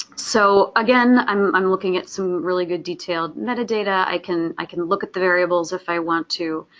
so again, i'm i'm looking at some really good detailed metadata. i can i can look at the variables, if i want to.